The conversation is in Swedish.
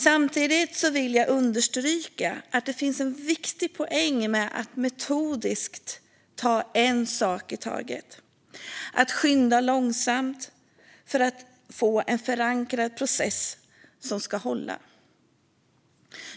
Samtidigt vill jag understryka att det finns en viktig poäng med att metodiskt ta en sak i taget, att skynda långsamt, för att få en förankrad process som ska hålla.